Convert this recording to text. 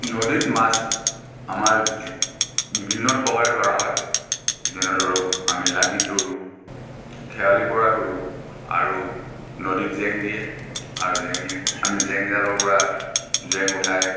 নদীত মাছ আমাৰ বিভিন্ন প্ৰকাৰে ধৰা হয় যেনে ধৰক আমি লাঙিত ধৰোঁ খেৰালি পৰা ধৰোঁ আৰু নদীত জেং দিয়ে আৰু জেং দি জেংডালৰ পৰা জেং উঠাই